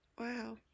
Wow